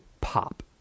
pop